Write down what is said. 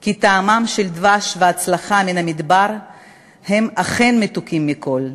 כי טעמם של דבש והצלחה מן המדבר הם אכן מתוקים מכול,